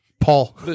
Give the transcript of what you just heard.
Paul